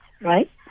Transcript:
right